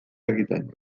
egiten